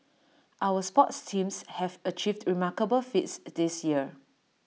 our sports teams have achieved remarkable feats this year